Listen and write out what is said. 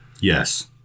Yes